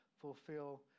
fulfill